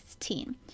16